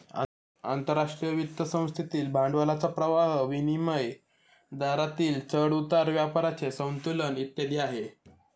आंतरराष्ट्रीय वित्त संस्थेतील भांडवलाचा प्रवाह, विनिमय दरातील चढ उतार, व्यापाराचे संतुलन इत्यादी आहे